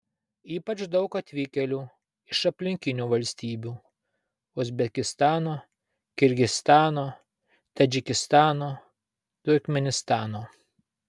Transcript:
ypač daug atvykėlių iš aplinkinių valstybių uzbekistano kirgizstano tadžikistano turkmėnistano